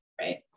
right